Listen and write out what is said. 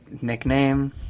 nickname